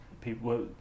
people